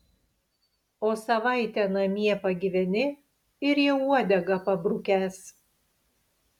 o savaitę namie pagyveni ir jau uodegą pabrukęs